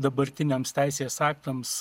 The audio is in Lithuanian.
dabartiniams teisės aktams